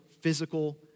physical